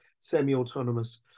semi-autonomous